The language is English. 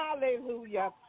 Hallelujah